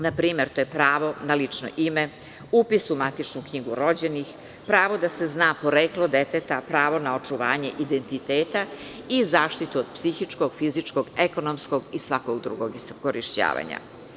Na primer, to je pravo na lično ime, upis u MKR, pravo da se zna poreklo deteta, pravo na očuvanje identiteta i zaštitu od psihičkog, fizičkog, ekonomskog i svakog drugog iskorišćavanja.